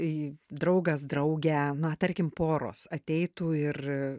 į draugas draugė na tarkim poros ateitų ir